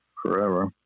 forever